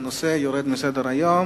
הנושא יורד מסדר-היום.